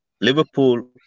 Liverpool